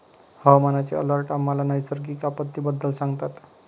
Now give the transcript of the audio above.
हवामानाचे अलर्ट आम्हाला नैसर्गिक आपत्तींबद्दल सांगतात